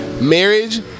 Marriage